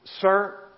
Sir